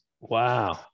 Wow